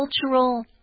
cultural